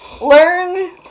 Learn